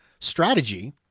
strategy